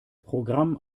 programm